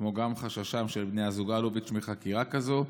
כמו גם חששם של בני הזוג אלוביץ' מחקירה כזו,